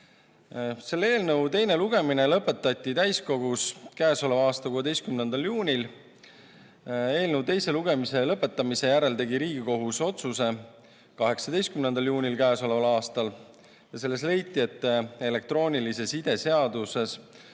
Selle eelnõu teine lugemine lõpetati täiskogus käesoleva aasta 16. juunil. Eelnõu teise lugemise lõpetamise järel tegi Riigikohus otsuse käesoleva aasta 18. juunil. Selles leiti, et elektroonilise side seaduses